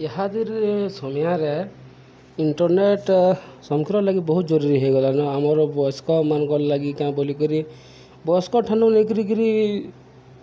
ଇହାଦେରେ ସମିୟାରେ ଇଣ୍ଟର୍ନେଟ୍ ସମ୍କିରର୍ ଲାଗି ବହୁତ୍ ଜରୁରୀ ହେଇଗଲାନ ଆମର୍ ବୟସ୍କମାନ୍କର୍ ଲାଗି କାଁ ବୋଲିକରି ବୟସ୍କ ଠାନୁ ନେଇକରିକିରି